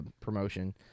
promotion